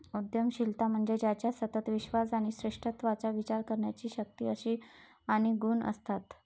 उद्यमशीलता म्हणजे ज्याच्यात सतत विश्वास आणि श्रेष्ठत्वाचा विचार करण्याची शक्ती आणि गुण असतात